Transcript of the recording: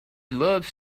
loves